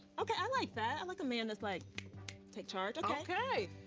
okay, i like that. i like a man that's like take charge. okay. okay.